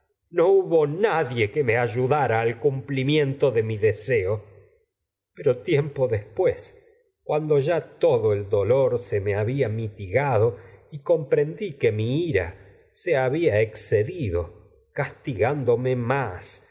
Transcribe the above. no hubo nadie que me ayudara al cumplimiento de mi deseo se pero tiempo después y cuando ya que todo el dolor me había mitigado comprendí mi ira se había excedido castigándome más